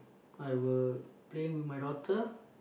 I will play with my daughter